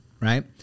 right